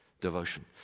devotion